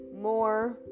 more